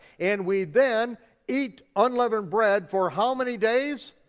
and we then eat unleavened bread for how many days?